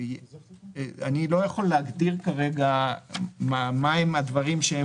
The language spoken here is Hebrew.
לא יכול להגדיר כרגע מה הם הדברים,